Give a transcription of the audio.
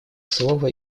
слово